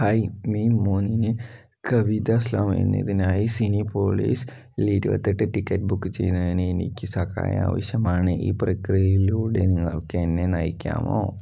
hi May മൂന്നിന് Kavita slam എന്നതിനായി സിനിപോളീസിൽ ഇരുപത്തി എട്ട് ടിക്കറ്റ് ബുക്ക് ചെയ്യുന്നതിന് എനിക്ക് സഹായം ആവശ്യമാണ് ഈ പ്രക്രിയയിലൂടെ നിങ്ങൾക്ക് എന്നെ നയിക്കാമോ